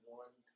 one